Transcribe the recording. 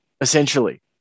essentially